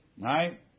Right